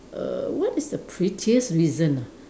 err what is the prettiest reason ah